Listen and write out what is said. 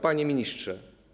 Panie Ministrze!